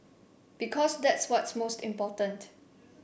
because that's what's most important